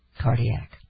Cardiac